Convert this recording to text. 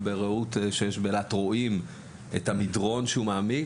ובראות שיש באילת רואים את המדרון המעמיק,